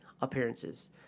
appearances